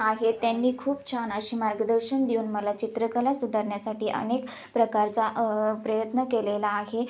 आहेत त्यांनी खूप छान अशी मार्गदर्शन देऊन मला चित्रकला सुधारण्यासाठी अनेक प्रकारचा प्रयत्न केलेला आहे